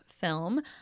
film